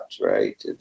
right